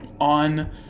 On